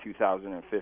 2015